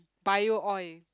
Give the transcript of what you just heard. bio oil